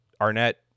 Arnett